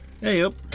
Hey-up